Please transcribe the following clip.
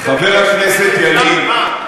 חבר הכנסת ילין,